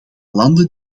landen